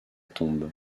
tombe